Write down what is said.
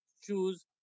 choose